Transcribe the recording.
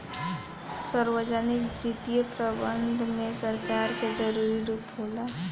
सार्वजनिक वित्तीय प्रबंधन में सरकार के जरूरी रूप होला